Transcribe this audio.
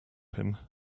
him